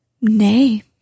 Nay